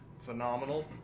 phenomenal